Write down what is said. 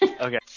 Okay